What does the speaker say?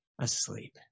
asleep